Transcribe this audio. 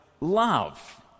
love